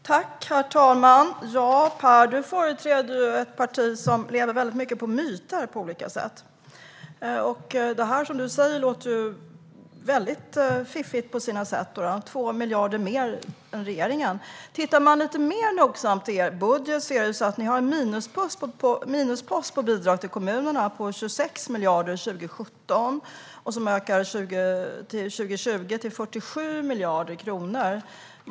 Herr talman! Du företräder ett parti som lever väldigt mycket på myter på olika sätt, Per Ramhorn. Det som du säger låter väldigt fiffigt på sina sätt. Det är 2 miljarder mer än vad regeringen föreslår. Tittar man lite mer nogsamt i er budget ser man att ni har en minuspost på bidrag till kommunerna på 26 miljarder för 2017, och det ökar till 47 miljarder kronor till 2020.